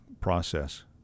process